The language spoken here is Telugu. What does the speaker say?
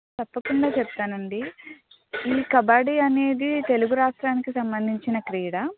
తప్పకుండ చెప్తానండీ ఈ కబడ్డీ అనేది తెలుగు రాష్ట్రానికి సంబంధించిన క్రీడ